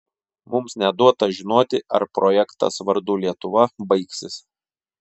mums neduota žinoti ar projektas vardu lietuva baigsis